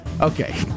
Okay